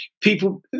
people